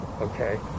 Okay